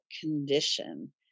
condition